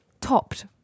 topped